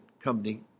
company